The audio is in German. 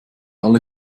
alle